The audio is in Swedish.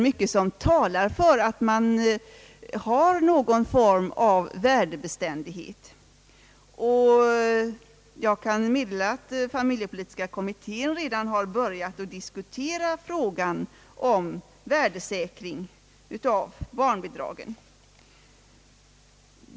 Mycket talar emellertid för att man skall ha någon form av värdebeständighet för barnbidragen, och jag kan meddela att familjepolitiska kommittén redan har börjat att diskutera frågan om värdesäkring av barnbidragen.